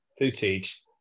footage